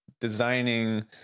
designing